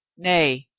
nay,